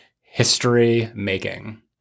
history-making